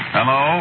Hello